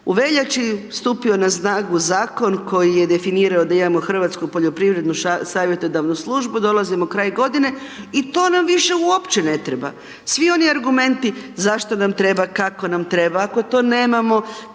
veljači stupio na snagu zakon koji je definirao da imamo Hrvatsku poljoprivrednu savjetodavnu službu, dolazimo kraj godine i to nam više uopće ne treba, svi oni argumenti, zašto nam treba, kako nam treba, ako to nemamo